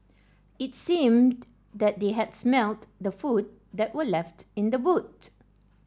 it seemed that they had smelt the food that were left in the boot